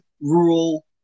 rural